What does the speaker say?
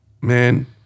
man